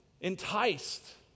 enticed